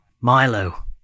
Milo